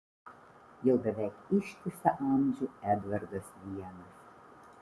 jau beveik ištisą amžių edvardas vienas